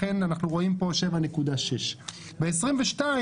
לכן אנחנו רואים פה 7.6. ב-2022,